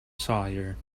sawyer